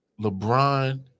LeBron